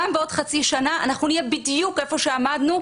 גם בעוד חצי שנה אנחנו נהיה בדיוק איפה שעמדנו,